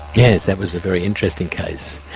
yes, that was a very interesting case.